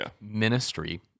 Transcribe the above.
Ministry